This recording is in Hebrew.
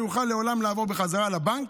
לעולם לא אוכל לעבור בחזרה לבנק,